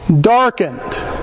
darkened